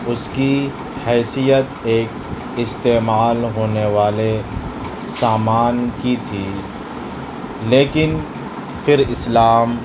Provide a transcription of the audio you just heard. اس کی حیثیت ایک استعمال ہونے والے سامان کی تھی لیکن پھر اسلام